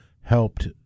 helped